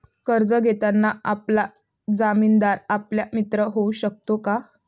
कर्ज घेताना आपला जामीनदार आपला मित्र होऊ शकतो का?